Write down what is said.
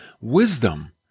Wisdom